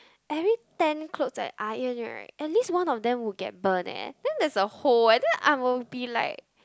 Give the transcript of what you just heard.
every ten clothes I iron right at least one of them would get burnt eh then there is a hole eh and then I will be like